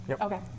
Okay